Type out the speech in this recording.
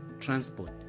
transport